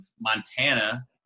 Montana